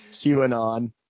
QAnon